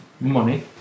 money